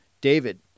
David